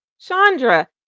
Chandra